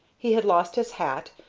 he had lost his hat,